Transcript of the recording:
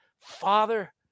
Father